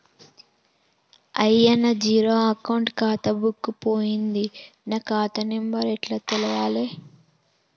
అయ్యా నా zero account ఖాతా బుక్కు పోయింది నా ఖాతా నెంబరు ఎట్ల తెలవాలే?